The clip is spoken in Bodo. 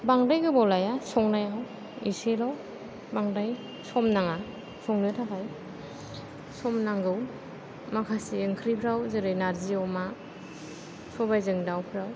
बांद्राय गोबाव लाया संनायाव एसेल' बांद्राय सम नाङा संनो थाखाय सम नांगौ माखासे ओंख्रिफ्राव जेरै नारजि अमा सबाइजों दाउफ्राव